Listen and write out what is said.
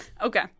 Okay